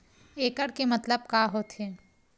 एकड़ के मतलब का होथे?